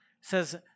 says